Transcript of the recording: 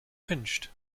pinched